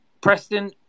Preston